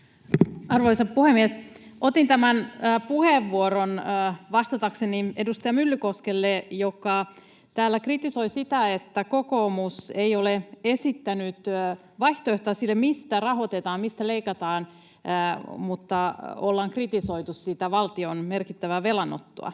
Arvoisa puhemies! Otin tämän puheenvuoron vastatakseni edustaja Myllykoskelle, joka täällä kritisoi sitä, että kokoomus ei ole esittänyt vaihtoehtoa sille, mistä rahoitetaan, mistä leikataan, mutta ollaan kritisoitu sitä valtion merkittävää velanottoa.